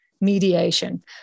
mediation